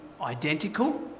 identical